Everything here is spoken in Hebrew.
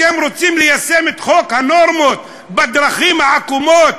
אתם רוצים ליישם את חוק הנורמות בדרכים העקומות,